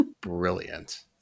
brilliant